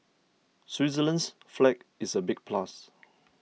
Switzerland's flag is a big plus